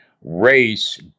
race